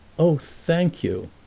oh, thank you!